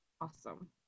Awesome